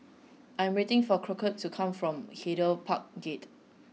I am waiting for Crockett to come from Hyde Park Gate